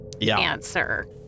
answer